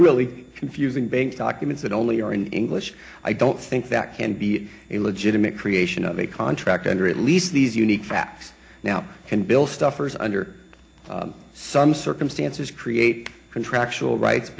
really confusing bank documents that only are in english i don't think that can be a legitimate creation of a contract under at least these unique facts now can bill stuffers under some circumstances create contractual rights